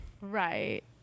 Right